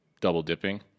double-dipping